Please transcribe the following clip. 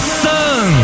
sun